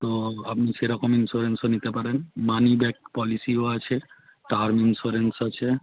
তো আপনি সেরকম ইন্সুরেন্সও নিতে পারেন মানি ব্যাক পলিসিও আছে কার ইন্সওরেন্স আছে